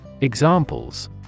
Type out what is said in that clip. examples